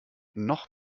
noch